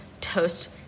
toast